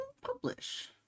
publish